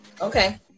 Okay